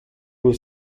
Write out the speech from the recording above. nur